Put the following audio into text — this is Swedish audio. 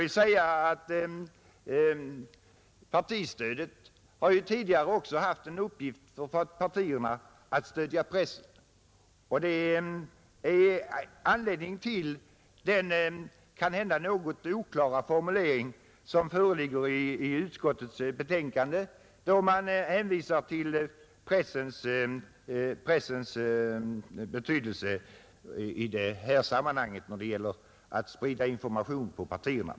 Tidigare har partistödet också haft i uppgift att stödja partipressen, och detta är anledningen till den kanske något oklara formulering som finns i utskottets betänkande, när utskottet hänvisar till pressens betydelse för spridning av information om partierna.